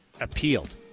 appealed